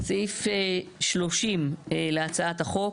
סעיף 30 להצעת החוק.